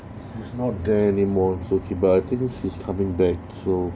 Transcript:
she's not there anymore it's okay but I think she's is coming back so